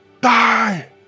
die